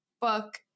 book